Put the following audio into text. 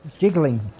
jiggling